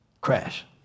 crash